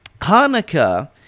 Hanukkah